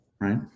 right